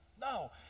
no